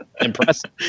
impressive